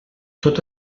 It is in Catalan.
tot